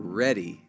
ready